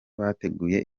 bateguye